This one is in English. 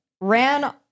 ran